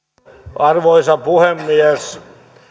arvoisa puhemies